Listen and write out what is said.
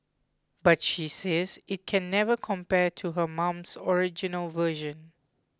but she says it can never compare to her mum's original version